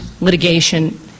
litigation